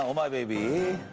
um my baby.